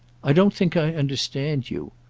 i don't think i understand you.